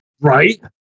Right